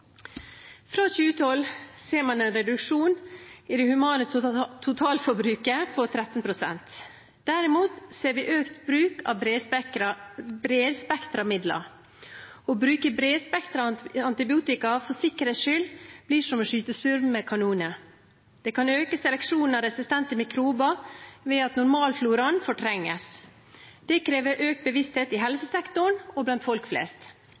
Fra 2012 ser man en reduksjon i det humane totalforbruket på 13 pst. Derimot ser vi økt bruk av bredspektrede midler. Å bruke bredspektret antibiotika for sikkerhets skyld er som å skyte spurv med kanoner. Det kan øke seleksjonen av resistente mikrober ved at normalfloraen fortrenges. Det krever økt bevissthet i helsesektoren og blant folk flest.